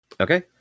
Okay